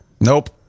Nope